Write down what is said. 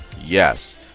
yes